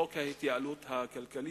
חוק ההתייעלות הכלכלית,